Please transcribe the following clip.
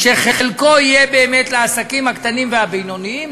שחלקו יהיה באמת לעסקים הקטנים ולבינוניים,